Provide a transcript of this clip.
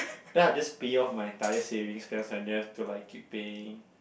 then I'll just pay off my entire savings cause I don't have to like keep paying